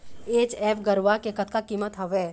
HF गरवा के कतका कीमत हवए?